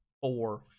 four